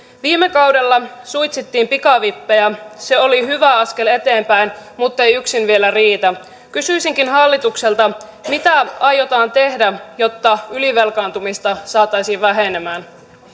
viime kaudella suitsittiin pikavippejä se oli hyvä askel eteenpäin muttei yksin vielä riitä kysyisinkin hallitukselta mitä aiotaan tehdä jotta ylivelkaantumista saataisiin vähenemään